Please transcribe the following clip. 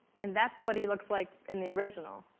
and that's what he looks like in the original.